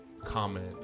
comment